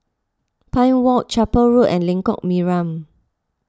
Pine Walk Chapel Road and Lengkok Mariam